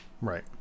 Right